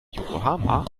yokohama